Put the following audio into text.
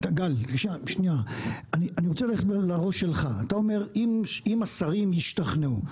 אני רוצה ללכת בראש שלך אתה אומר אם השרים ישתכנעו.